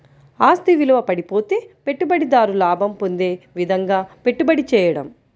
ఆస్తి విలువ పడిపోతే పెట్టుబడిదారు లాభం పొందే విధంగాపెట్టుబడి చేయడం